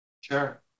Sure